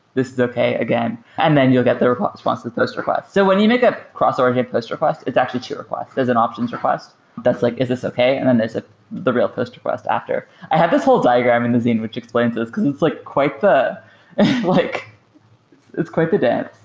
this is okay again, and then you'll get the response with those requests. so when you make a cross-origin post request, it's actually to request as an options request that's like, is this okay? and then there's ah the real post request after. i have this whole diagram in the zine which explains this, because it's like quite the like it's quite the dance.